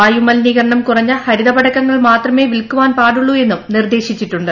വായു മലിനീകരണം കുറഞ്ഞ ഹരിത പടക്കങ്ങൾ മാത്രമേ വിൽക്കുവാൻ പാടുള്ളൂ എന്നും നിർദ്ദേശിച്ചിട്ടുണ്ട്